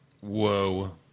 Whoa